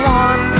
one